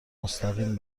مستقیم